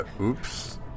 Oops